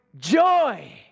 joy